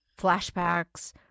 flashbacks